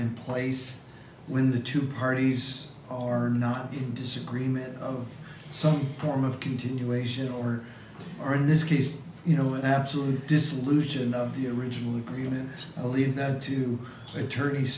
in place when the two parties are not in disagreement some form of continuation or are in this case you know an absolute dissolution of the original agreement leave that to